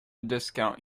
discount